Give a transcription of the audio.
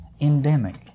endemic